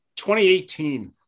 2018